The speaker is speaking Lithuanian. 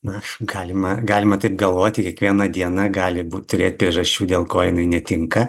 na galima galima taip galvoti kiekviena diena gali bū turėt priežasčių dėl ko jinai netinka